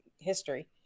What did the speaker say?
history